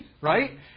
Right